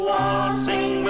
Waltzing